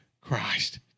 Christ